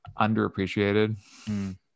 underappreciated